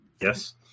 yes